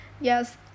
yes